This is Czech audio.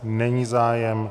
Není zájem.